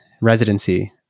residency